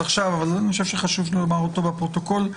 עכשיו אבל חשוב שנאמר אותו לפרוטוקול.